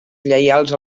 lleials